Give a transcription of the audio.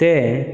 ते